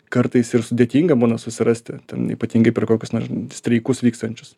kartais ir sudėtinga būna susirasti ten ypatingai per kokius nors streikus vykstančius